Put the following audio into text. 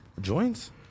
joints